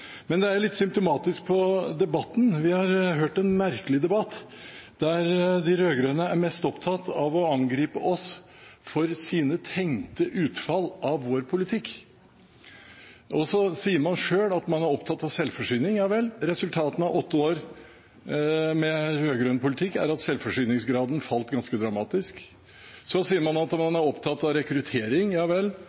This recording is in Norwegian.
Men dette er litt symptomatisk i debatten. Vi har hørt en merkelig debatt, der de rød-grønne er mest opptatt av å angripe oss for sine tenkte utfall av vår politikk. Man sier selv at man er opptatt av selvforsyning. Resultatene av åtte år med rød-grønn politikk er at selvforsyningsgraden har falt ganske dramatisk. Så sier man at man er opptatt av rekruttering.